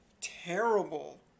terrible